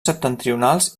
septentrionals